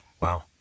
Wow